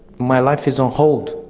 my life is on hold.